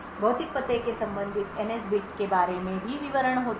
भौतिक पते के संबंधित NS bit बारे में भी विवरण होता है